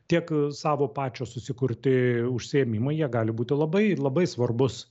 tiek savo pačio susikurti užsiėmimai jie gali būti labai labai svarbus